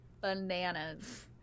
Bananas